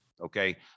okay